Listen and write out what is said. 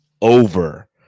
over